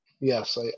Yes